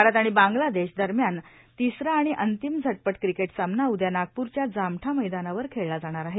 भारत आणि बांग्लादेश दरम्यानचा तिसरा आणि अंतिम झटपट क्रिकेट सामना उद्या नागपूरच्या जामठा मैदानावर खेळला जाणार आहे